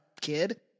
kid